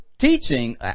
teaching